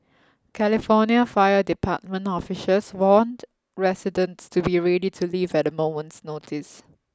California Fire Department officials warned residents to be ready to leave at a moment's notice